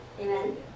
Amen